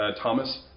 Thomas